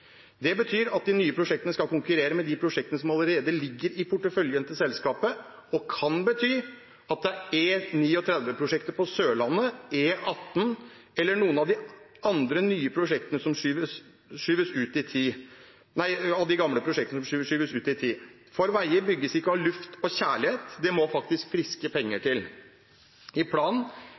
Det betyr at de nye prosjektene skal konkurrere med de prosjektene som allerede ligger i porteføljen til selskapet. Og det kan bety at det er E39-prosjektet på Sørlandet, E18 eller noen av de andre gamle prosjektene som skyves ut i tid, for veier bygges ikke av luft og kjærlighet, det må faktisk friske penger til. I